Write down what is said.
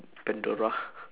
pandora